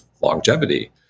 longevity